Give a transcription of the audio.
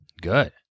Good